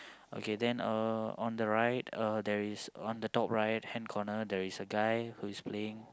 okay then uh on the right uh there is on the top right hand corner there is a guy who is playing